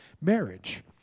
marriage